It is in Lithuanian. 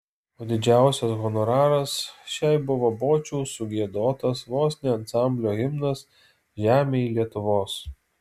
o didžiausias honoraras šiai buvo bočių sugiedotas vos ne ansamblio himnas žemėj lietuvos